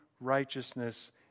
righteousness